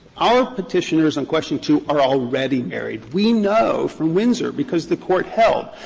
our petitioners on question two are already married. we know from windsor, because the court held,